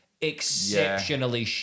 exceptionally